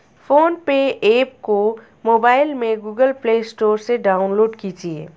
phone पे app को mobile में गूगल प्ले स्टोर से डाउनलोड कीजिए